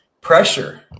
pressure